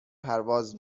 پرواز